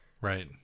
right